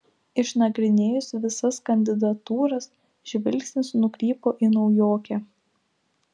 išnagrinėjus visas kandidatūras žvilgsnis nukrypo į naujokę